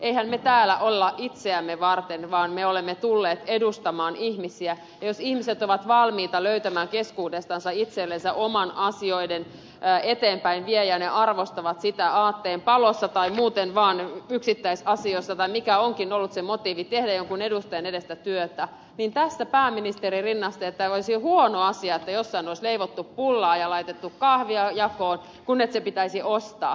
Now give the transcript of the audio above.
emmehän me täällä ole itseämme varten vaan me olemme tulleet edustamaan ihmisiä ja jos ihmiset ovat valmiita löytämään keskuudestansa itsellensä oman asioiden eteenpäin viejän ja arvostavat sitä aatteen palossa tai muuten vaan yksittäisasioissa tai mikä onkaan ollut se motiivi tehdä jonkun edustajan edestä työtä niin tässä pääministeri rinnasti että tämä olisi huono asia että jossain olisi leivottu pullaa ja laitettu kahvia jakoon sen sijaan että se pitäisi ostaa